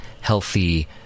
healthy